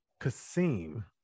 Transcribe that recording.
Kasim